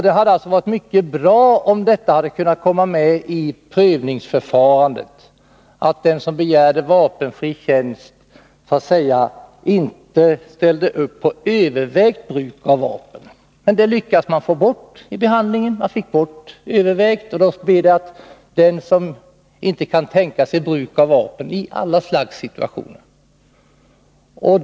Det hade varit mycket bra om det i prövningsförfarandet hade kommit med att den som begär vapenfri tjänst inte ställer upp på ”övervägt bruk av vapen”. Men man lyckades få bort ordet ”övervägt”, och då blev det fråga om att man inte kunde tänka sig bruk av vapen i någon situation alls.